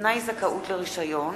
(תנאי זכאות לרשיון),